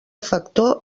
factor